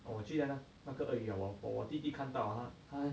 orh 我去那个那个鳄鱼 whampoa 我弟弟看到 ah 他